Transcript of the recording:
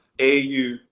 AU